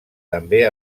també